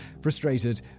frustrated